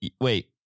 Wait